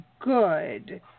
good